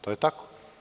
To je tako.